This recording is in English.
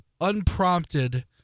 unprompted